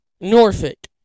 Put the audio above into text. Norfolk